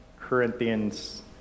Corinthians